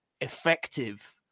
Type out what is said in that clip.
effective